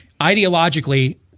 ideologically